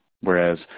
Whereas